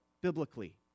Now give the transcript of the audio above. biblically